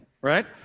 right